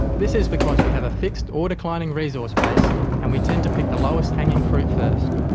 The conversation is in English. this is because we have a fixed or declining resource base and we tend to pick the lowest hanging fruit first.